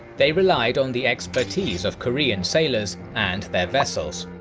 they relied on the expertise of korean sailors and their vessels.